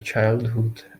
childhood